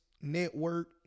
network